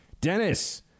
Dennis